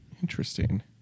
Interesting